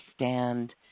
understand